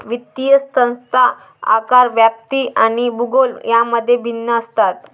वित्तीय संस्था आकार, व्याप्ती आणि भूगोल यांमध्ये भिन्न असतात